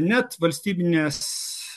net valstybinės